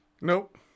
Nope